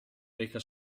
reca